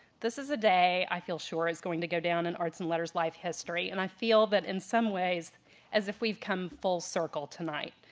this is a day i feel is going to go down in arts and letters live history, and i feel that in some ways as if we've come full circle tonight.